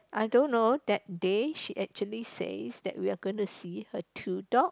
I don't know that day she actually says that we are going to see her two dog